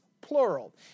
plural